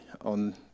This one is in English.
on